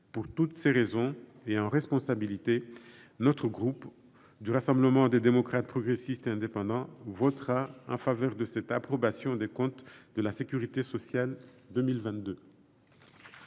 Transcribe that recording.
Pour toutes ces raisons, et en responsabilité, le groupe Rassemblement des démocrates, progressistes et indépendants votera le projet de loi d’approbation des comptes de la sécurité sociale pour